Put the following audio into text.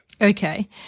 Okay